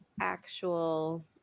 actual